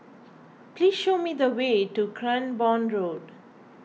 please show me the way to Cranborne Road